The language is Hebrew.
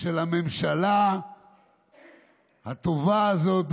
של הממשלה ה"טובה" הזאת,